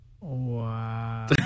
Wow